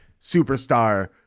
superstar